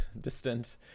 distant